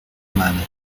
منه